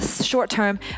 short-term